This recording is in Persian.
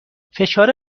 فشار